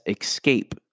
escape